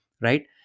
right